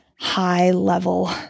high-level